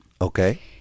Okay